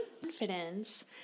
confidence